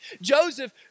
joseph